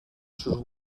sus